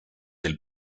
del